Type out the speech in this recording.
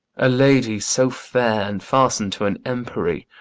a lady so fair, and fasten'd to an empery,